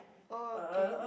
oh okay